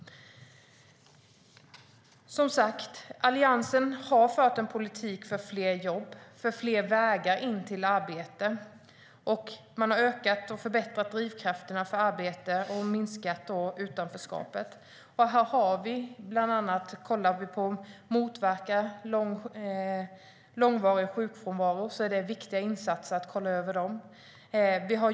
Som sagt har Alliansen fört en politik för fler jobb och för fler vägar till arbete. Vi har ökat och förbättrat drivkrafterna för arbete och minskat utanförskapet. Vi kollar bland annat på att motverka långvarig sjukfrånvaro. Det är viktiga insatser.